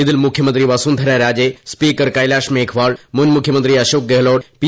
ഇതിൽ മുഖ്യമന്ത്രി വ്യസ്റ്റിഡര രാജെ സ്പീക്കർ കൈലാഷ് മേഘ്വാൾ മുൻ മുഖ്യമിന്റി അശോക് ഗെഹ്ലോട്ട് പി